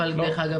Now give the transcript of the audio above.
להם אבל דרך אגב,